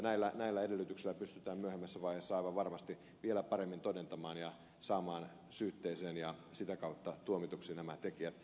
näillä edellytyksillä pystytään myöhemmässä vaiheessa aivan varmasti vielä paremmin todentamaan ja saamaan syytteeseen ja sitä kautta tuomituksi nämä tekijät